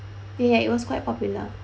ya ya it was quite popular